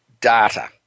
data